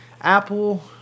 Apple